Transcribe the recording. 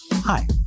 Hi